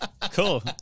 Cool